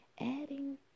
adding